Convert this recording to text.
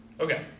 Okay